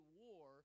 war